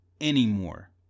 anymore